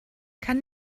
kann